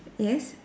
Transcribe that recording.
yes